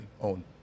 own